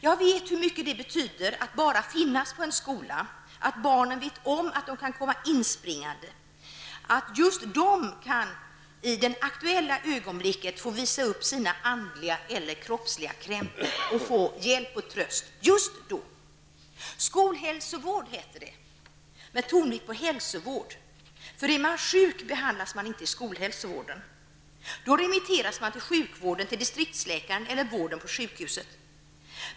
Jag vet hur mycket det betyder att bara finnas på en skola, att barnen vet om att de kan komma inspringande, att just de i det aktuella ögonblicket kan få visa upp sina andliga eller kroppsliga krämpor och få hjälp och tröst just då. Skolhälsovård heter det, med betoning på hälsovård. Är man sjuk, behandlas man inte i skolhälsovården. Då remitteras man till sjukvården, till distriktsläkaren eller vård på sjukhuset.